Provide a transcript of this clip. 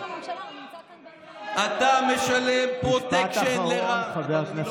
אתה משלם פרוטקשן לרע"מ.